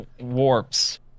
warps